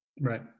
Right